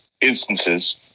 instances